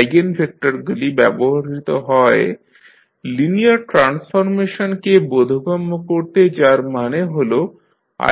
আইগেনভেক্টরগুলি ব্যবহৃত হয় লিনিয়ার ট্রান্সফরমেশনকে বোধগম্য করতে যার মানে হল